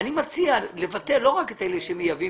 אני מציע לבטל לא רק את אלה שמייבאים